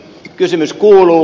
kysymys kuuluu